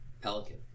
pelican